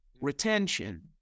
Retention